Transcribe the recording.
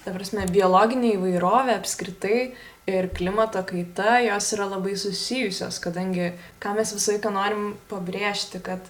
ta prasme biologinė įvairovė apskritai ir klimato kaita jos yra labai susijusios kadangi ką mes visą laiką norim pabrėžti kad